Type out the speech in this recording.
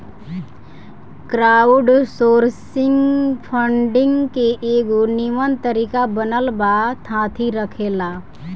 crowdsourcing funding के एगो निमन तरीका बनल बा थाती रखेला